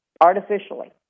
artificially